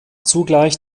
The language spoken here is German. zugleich